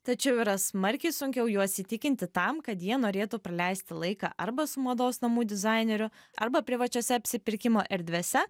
tačiau yra smarkiai sunkiau juos įtikinti tam kad jie norėtų praleisti laiką arba su mados namų dizaineriu arba privačiose apsipirkimo erdvėse